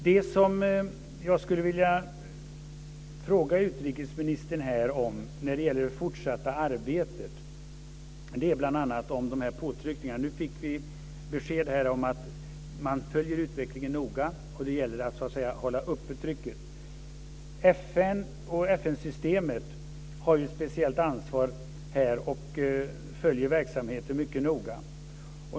Det som jag skulle vilja fråga utrikesministern om när det gäller det fortsatta arbetet är bl.a. de här påtryckningarna. Nu fick vi beskedet att man följer utvecklingen noga, och det gäller att hålla uppe trycket. FN och FN-systemet har ju ett speciellt ansvar här och följer verksamheten mycket noga.